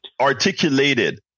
articulated